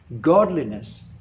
Godliness